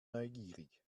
neugierig